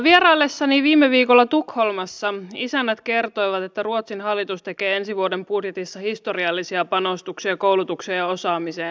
vieraillessani viime viikolla tukholmassa isännät kertoivat että ruotsin hallitus tekee ensi vuoden budjetissa historiallisia panostuksia koulutukseen ja osaamiseen